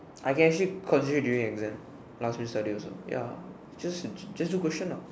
I can actually concentrate doing exam last minute study also ya just just do question ah